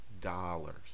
dollars